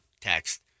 text